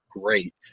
great